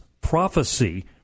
prophecy